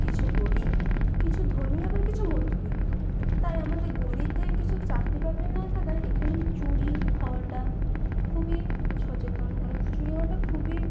কিছু গরীব কিছু ধনী আবার কিছু মধ্যবিত্ত তাই আমাদের গরীবদের কিছু চাকরি বাকরি না থাকায় এখানে চুরি হওয়াটা খুবই সচেতন চুরি হওয়াটা খুবই